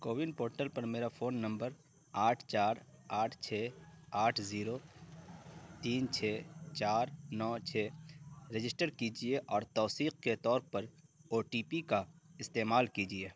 CoWIN portal پر میرا phone number آٹھ چار آٹھ چھ آٹھ زیرو تین چھ چار نو چھ رجسٹر کیجیے اور توثیق کے طور پر او ٹی پی کا استعمال کیجیے